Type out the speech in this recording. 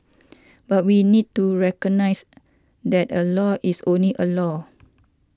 but we need to recognise that a law is only a law